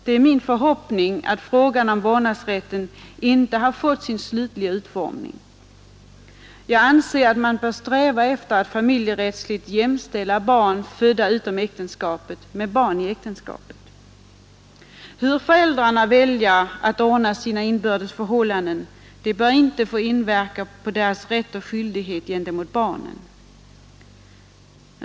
Det är min förhoppning att frågan om vårdnadsrätten inte har fått sin slutliga utformning. Jag anser att man bör sträva efter att familjerättsligt jämställa barn födda utom äktenskapet med barn i äktenskapet. Hur föräldrarna väljer att ordna sina inbördes förhållanden bör inte få inverka på deras rätt och skyldighet gentemot barnen.